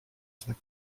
znak